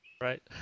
Right